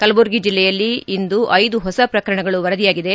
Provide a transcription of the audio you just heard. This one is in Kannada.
ಕಲಬುರಗಿ ಜಿಲ್ಲೆಯಲ್ಲಿ ಇಂದು ಐದು ಹೊಸ ಪ್ರಕರಣಗಳು ವರದಿಯಾಗಿದೆ